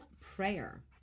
prayer